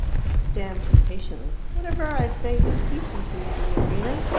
he stamped impatiently. whatever i say displeases you, signorina.